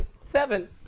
seven